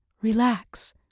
Relax